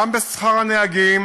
גם בשכר הנהגים